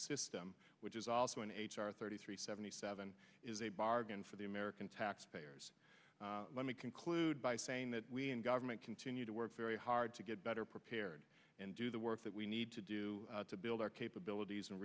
system which is also in h r thirty three seventy seven is a bargain for the american taxpayers let me conclude by saying that we in government continue to work very hard to get better prepared and do the work that we need to do to build our capabilities and